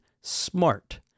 SMART